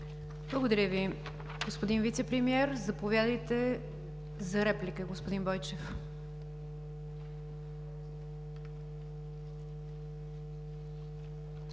Благодаря Ви, господин Вицепремиер. Заповядайте за реплика, господин Бойчев.